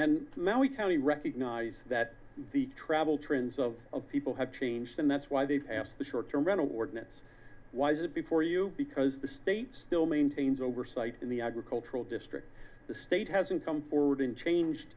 and now we county recognize that the travel trends of people have changed and that's why they've asked the short term rental ordinance was before you because the state still maintains oversight in the agricultural district the state hasn't come forward and changed